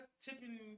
tipping